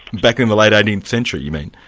back in the late eighteenth century you mean?